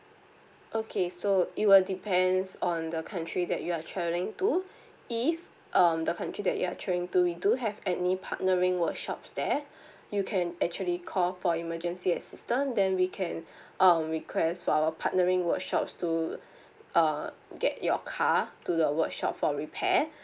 okay so it will depends on the country that you are travelling to if um the country that you are travelling to we do have any partnering workshops there you can actually call for emergency assistant then we can um request for our partnering workshops to uh get your car to the workshop for repair